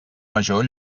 major